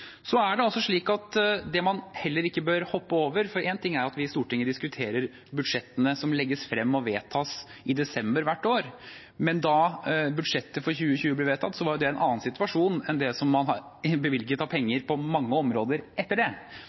ting er at vi i Stortinget diskuterer budsjettene som legges frem og vedtas i desember hvert år, men det man ikke bør hoppe over, er at da budsjettet for 2020 ble vedtatt, var det en annen situasjon enn den man har bevilget penger til på mange områder etter det.